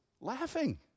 laughing